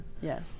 Yes